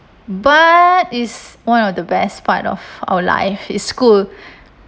but is one of the best part of our life is school